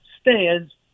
stands